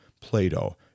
Plato